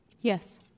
Yes